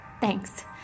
Thanks